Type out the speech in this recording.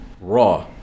raw